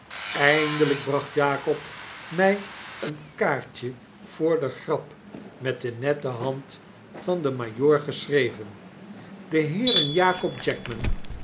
eindelyk bracht jakob mij een kaartje voor de grap met de nette hand van den majoor geschreven de heeren jakob jackman